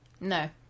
No